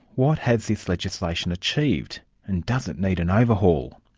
what has this legislation achieved, and does it need an overhaul?